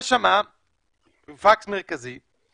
יש שם פקס מרכזי,